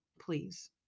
please